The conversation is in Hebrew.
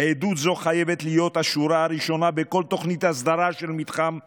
עדות זו חייבת להיות השורה הראשונה בכל תוכנית הסדרה של מתחם ההר.